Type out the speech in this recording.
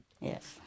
Yes